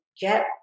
get